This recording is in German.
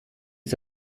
ist